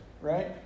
right